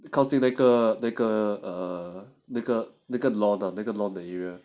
靠近那个那个那个那个 law 的那个 law the area